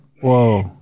Whoa